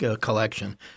collection